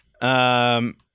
Um-